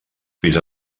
fins